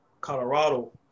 Colorado